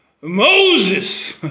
Moses